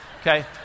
okay